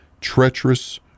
treacherous